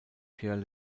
pierre